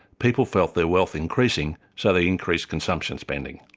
people felt their wealth increasing so they increased consumption spending.